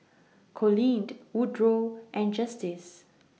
Coleen Woodrow and Justice